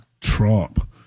Trump